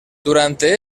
durante